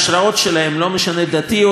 לא משנה דתית או היסטורית,